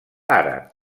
àrab